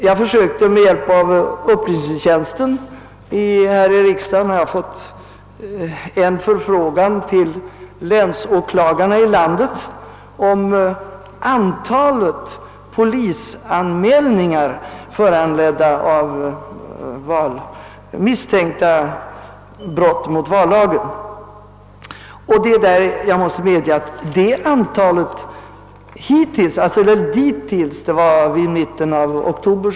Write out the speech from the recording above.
Jag försökte med hjälp av upplysningstjänsten här i riksdagen att få ut en förfrågan till länsåklagarna i landet beträffande antalet polisanmälningar, föranledda av misstänkta brott mot vallagen. Svaren avgavs under första hälften av oktober.